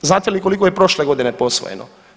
Znate li koliko je prošle godine posvojeno?